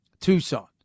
Tucson